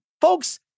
folks